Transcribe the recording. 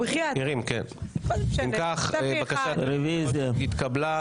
אם כך, בקשת היושב-ראש התקבלה.